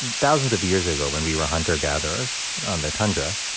thousands of years ago, when we were hunter-gatherers on the tundra,